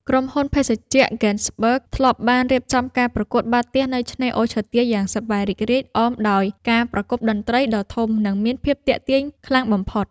ក្រុមហ៊ុនភេសជ្ជៈហ្គេនស៍បឺគធ្លាប់បានរៀបចំការប្រកួតបាល់ទះនៅឆ្នេរអូឈើទាលយ៉ាងសប្បាយរីករាយអមដោយការប្រគំតន្ត្រីដ៏ធំ និង មានភាពទាក់ទាញខ្លាំងបំផុត។